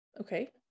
Okay